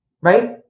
right